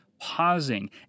pausing